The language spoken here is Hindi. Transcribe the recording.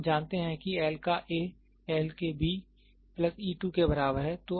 हम जानते हैं कि L का A L के B प्लस e 2 के बराबर है